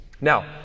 Now